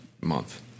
month